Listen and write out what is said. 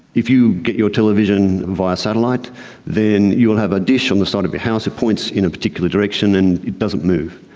if you get your television via satellite then you will have a dish on the side of your house that points in a particular direction and it doesn't move.